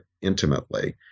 intimately